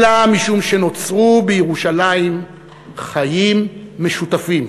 אלא משום שנוצרו בירושלים חיים משותפים,